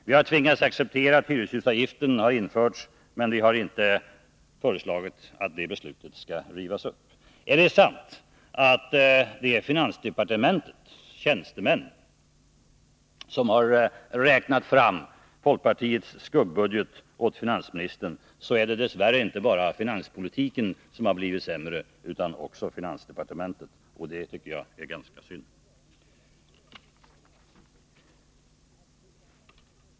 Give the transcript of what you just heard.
Vi har tvingats acceptera att hyreshusavgiften har införts, men vi har inte föreslagit att det beslutet skall rivas upp. Är det sant att det är finansdepartementets tjänstemän som har räknat fram folkpartiets skuggbudget åt finansministern, är det dess värre inte bara finanspolitiken som har blivit sämre utan också finansdepartementet, och det tycker jag är ganska synd.